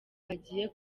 agiye